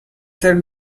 ser